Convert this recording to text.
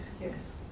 Yes